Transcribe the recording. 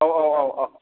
औ औ औ अ